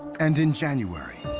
and in january,